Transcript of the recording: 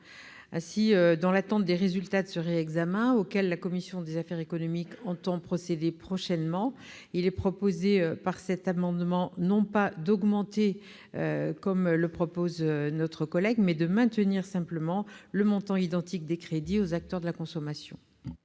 Dans l'attente des résultats de ce réexamen, auquel la commission des affaires économiques entend procéder prochainement, il est proposé, par cet amendement, non pas d'augmenter, comme dans l'amendement du groupe CRCE, mais de maintenir le montant des crédits aux acteurs de la consommation.